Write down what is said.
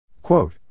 Quote